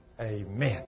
amen